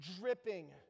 Dripping